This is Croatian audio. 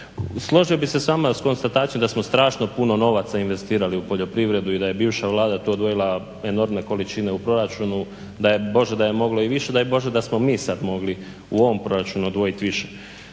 Složio bih se s vama, s konstatacijom da smo strašno puno novaca investirali u poljoprivredu i da je bivša Vlada to odvojila enormne količine u proračunu, daj Bože da je moglo i više, daj Bože da smo mi sad moli u ovom proračunu odvojit više.